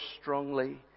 strongly